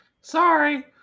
Sorry